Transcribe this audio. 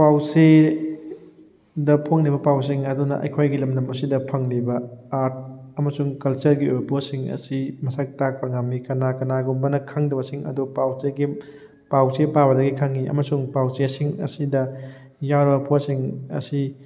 ꯄꯥꯎ ꯆꯦꯗ ꯐꯣꯡꯂꯤꯕ ꯄꯥꯎꯁꯤꯡ ꯑꯗꯨꯅ ꯑꯩꯈꯣꯏꯒꯤ ꯂꯝꯗꯝ ꯑꯁꯤꯗ ꯐꯪꯂꯤꯕ ꯑꯥꯔꯠ ꯑꯃꯁꯨꯡ ꯀꯜꯆꯔꯒꯤ ꯑꯣꯏꯕ ꯄꯣꯠꯁꯤꯡ ꯑꯁꯤ ꯃꯁꯛ ꯇꯥꯛꯄ ꯉꯝꯃꯤ ꯀꯅꯥ ꯀꯅꯥꯒꯨꯝꯕꯅ ꯈꯪꯗꯕꯁꯤꯡ ꯑꯗꯨ ꯄꯥꯎ ꯆꯦꯒꯤ ꯄꯥꯎ ꯆꯦ ꯄꯥꯕꯗꯒꯤ ꯈꯪꯉꯤ ꯑꯃꯁꯨꯡ ꯆꯥꯎ ꯆꯦꯁꯤꯡ ꯑꯁꯤꯗ ꯌꯥꯎꯔꯤꯕ ꯄꯣꯠꯁꯤꯡ ꯑꯁꯤ